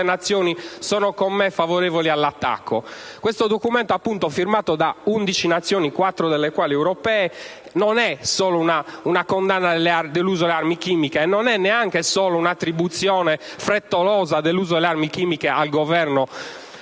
quante Nazioni sono con me favorevoli all'attacco. Questo documento firmato da 11 Nazioni, quattro delle quali europee, non è solo una condanna dell'uso delle armi chimiche, non è neanche solo un'attribuzione frettolosa della responsabilità dell'uso delle armi chimiche al Governo siriano: